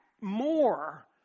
more